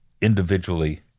individually